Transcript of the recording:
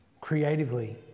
creatively